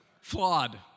flawed